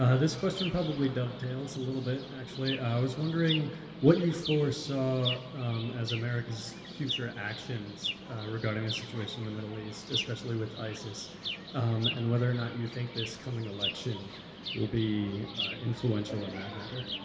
ah this question probably dovetails a little bit, actually. i was wondering what you foresaw as america's future actions regarding the situation in the middle east, especially with isis and whether or not you see this coming election will be influential in that matter?